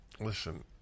listen